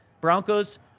Broncos